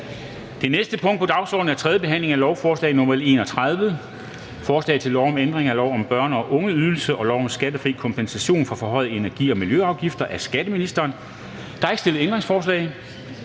Det næste punkt på dagsordenen er: 5) 3. behandling af lovforslag nr. L 31: Forslag til lov om ændring af lov om en børne- og ungeydelse og lov om skattefri kompensation for forhøjede energi- og miljøafgifter. (Ligedeling og individuel indkomstaftrapning af